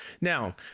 Now